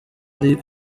ari